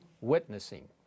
witnessing